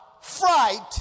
fright